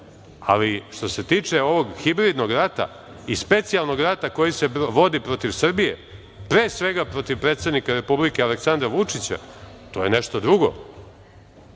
ali što se tiče ovog hibridnog rata i specijalnog rata koji se vodi protiv Srbije, pre svega protiv predsednika Aleksandra Vučića, to je nešto drugo.